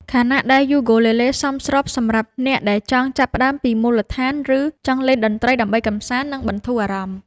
ខណៈដែលយូគូលេលេសមស្របសម្រាប់អ្នកដែលចង់ចាប់ផ្តើមពីមូលដ្ឋាន ឬចង់លេងតន្ត្រីដើម្បីកម្សាន្ត និងបន្ធូរអារម្មណ៍។